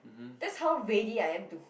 that's how ready I am to